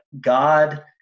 God